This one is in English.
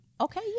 Okay